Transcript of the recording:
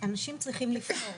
אנשים צריכים לבחור.